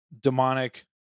demonic